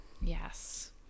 Yes